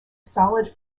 solid